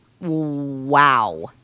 wow